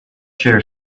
chair